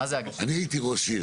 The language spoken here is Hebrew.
אני הייתי ראש עיר,